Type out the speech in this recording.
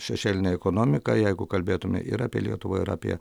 šešėlinė ekonomika jeigu kalbėtume ir apie lietuvą ir apie